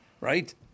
Right